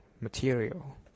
material